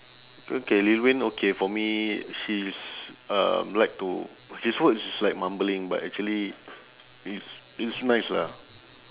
okay lil wayne okay for me he's um like to his words is like mumbling but actually i~ it's nice lah